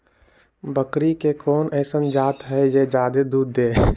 बकरी के कोन अइसन जात हई जे जादे दूध दे?